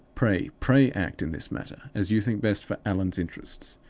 pray, pray act in this matter as you think best for allan's interests.